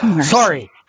Sorry